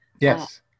Yes